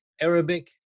Arabic